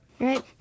Right